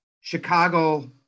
Chicago